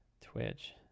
Twitch